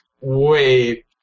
Wait